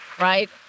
right